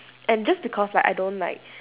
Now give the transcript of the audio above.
and just because like I don't like